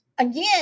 again